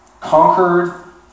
Conquered